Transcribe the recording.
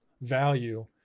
value